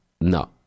No